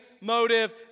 motive